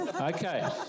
Okay